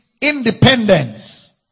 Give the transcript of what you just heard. independence